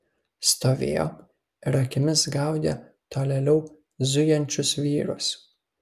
stovėjo ir akimis gaudė tolėliau zujančius vyrus